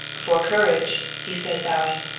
for courage, he said, bowing.